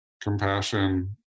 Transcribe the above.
compassion